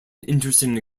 interesting